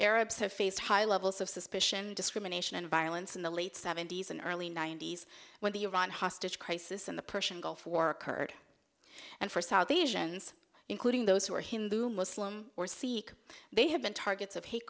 arabs have faced high levels of suspicion discrimination and violence in the late seventy's and early ninety's when the iran hostage crisis in the persian gulf war occurred and for south asians including those who are hindu muslim or seek they have been targets of hate